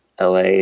LA